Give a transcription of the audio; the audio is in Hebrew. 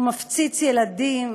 הוא מפציץ ילדים,